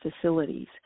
facilities